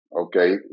Okay